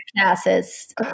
classes